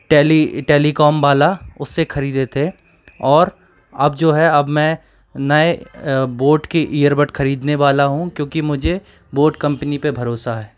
tele telecom वाला उस से ख़रीदे थे और अब जो है अब मैं नए बोट के इयरबड ख़रीदने वाला हूँ क्योंकि मुझे बोट कंपनी पर भरोसा है